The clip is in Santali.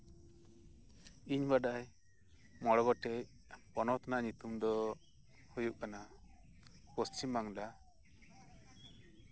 ᱤᱧ ᱵᱟᱰᱟᱭ ᱢᱚᱬᱮ ᱜᱚᱴᱮᱡ ᱯᱚᱱᱚᱛ ᱨᱮᱱᱟᱜ ᱧᱩᱛᱩᱢ ᱫᱚ ᱦᱩᱭᱩᱜ ᱠᱟᱱᱟ ᱯᱚᱥᱪᱤᱢ ᱵᱟᱝᱞᱟ